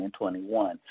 2021